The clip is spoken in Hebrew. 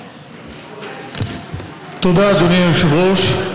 תודה, אדוני היושב-ראש.